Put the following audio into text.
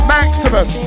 Maximum